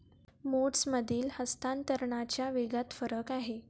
मोड्समधील हस्तांतरणाच्या वेगात फरक आहे